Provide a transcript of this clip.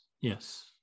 yes